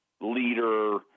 leader